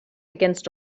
against